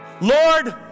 Lord